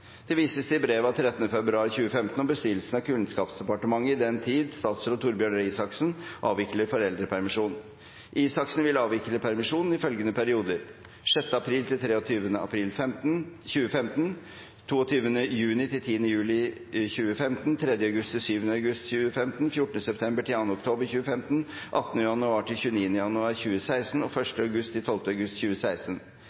i den tid statsråd Torbjørn Røe Isaksen avvikler foreldrepermisjon. Isaksen vil avvikle permisjon i følgende perioder: 6. april til 23. april 2015 22. juni til 10. juli 2015 3. august til 7. august 2015 14. september til 2. oktober 2015 18. januar til 29. januar 2016 1. august til 12. august 2016.»